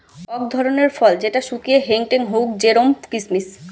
অক ধরণের ফল যেটা শুকিয়ে হেংটেং হউক জেরোম কিসমিস